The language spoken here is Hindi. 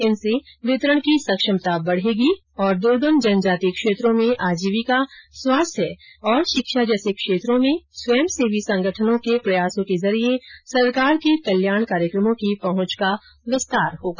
इनसे वितरण की सक्षमता बढ़ेगी और दुर्गम जनजाति क्षेत्रों में आजीविका स्वास्थ्य और शिक्षा जैसे क्षेत्रों में स्वयंसेवी संगठनों के प्रयासों के जरिये सरकार के कल्याण कार्यक्रमों की पहंच का विस्तार होगा